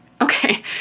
Okay